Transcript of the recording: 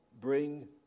bring